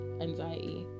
anxiety